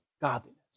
Godliness